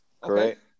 Correct